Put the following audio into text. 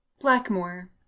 Blackmore